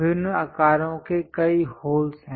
विभिन्न आकारों के कई होल्स हैं